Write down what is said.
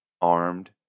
armed